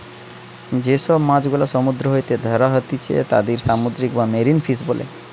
যে সব মাছ গুলা সমুদ্র হইতে ধ্যরা হতিছে তাদির সামুদ্রিক বা মেরিন ফিশ বোলে